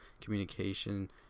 communication